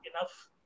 enough